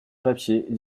papiers